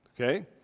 Okay